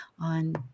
on